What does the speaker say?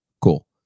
Cool